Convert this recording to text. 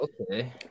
Okay